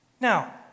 Now